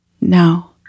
No